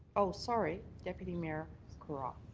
ah sorry, deputy mayor carra.